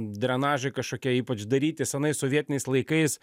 drenažai kažkokie ypač daryti senais sovietiniais laikais